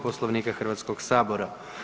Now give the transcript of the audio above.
Poslovnika Hrvatskog sabora.